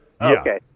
Okay